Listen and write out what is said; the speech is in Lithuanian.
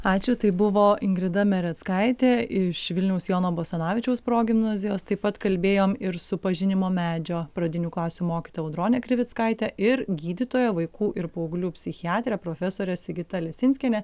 ačiū tai buvo ingrida mereckaitė iš vilniaus jono basanavičiaus progimnazijos taip pat kalbėjom ir su pažinimo medžio pradinių klasių mokytoja audrone krivickaite ir gydytoja vaikų ir paauglių psichiatre profesore sigita lesinskiene